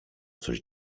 coś